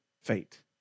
fate